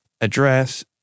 address